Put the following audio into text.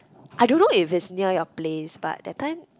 I don't know if it's near your place but that time